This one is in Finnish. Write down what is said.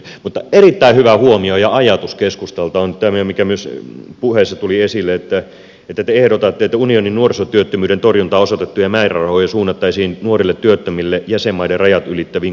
mutta erittäin hyvä huomio ja ajatus keskustalta on tämä mikä myös puheissa tuli esille että te ehdotatte että unionin nuorisotyöttömyyden torjuntaan osoitettuja määrärahoja suunnattaisiin nuorille työttömille jäsenmaiden rajat ylittäviin koulutusseteleihin